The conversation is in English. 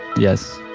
yes.